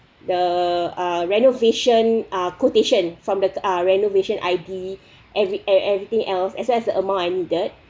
the uh renovation uh quotation from the uh renovation I_D every err everything else as well as the amount I needed